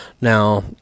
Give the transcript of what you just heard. Now